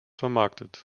vermarktet